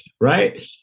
right